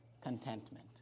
Contentment